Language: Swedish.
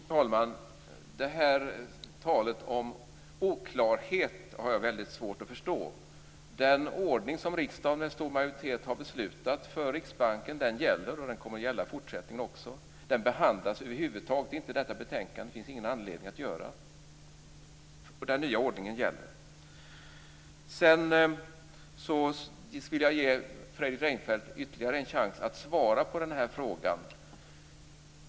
Fru talman! Det här talet om oklarhet har jag väldigt svårt att förstå. Den ordning som riksdagen med stor majoritet har beslutat om för Riksbanken gäller. Den kommer att gälla i fortsättningen också. Den behandlas över huvud taget inte i det här betänkandet. Det finns ingen anledning att behandla den. Den nya ordningen gäller. Sedan vill jag ge Fredrik Reinfeldt ytterligare en chans att svara på den där frågan.